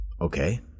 okay